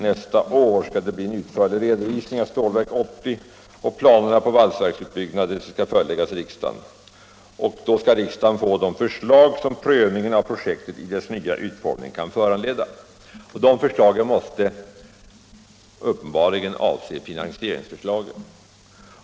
Nästa år skall det bli en utförlig redovisning av Stålverk 80 och planerna på valsverksutbyggnaden skall föreläggas riksdagen. Då skall riksdagen få de förslag som prövningen av projektet i dess nya utformning kan föranleda. De förslagen måste uppenbarligen i första hand gälla finansieringen.